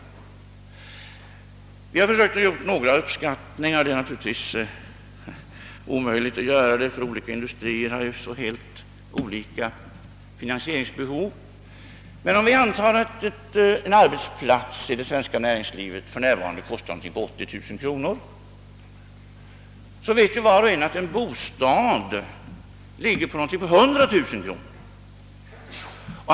Vi har försökt göra uppskattningar av vad en arbetsplats i det svenska näringslivet kostar — det är svårt att få fram sådana siffror eftersom olika industrier har så olika finansieringsbehov. Men låt mig anta att en arbetsplats i det svenska näringslivet kostar omkring 80 000 kronor. Vi vet alla att en bostad kostar omkring 100000 kronor.